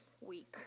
week